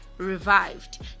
revived